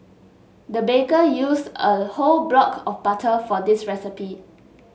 the baker used a whole block of butter for this recipe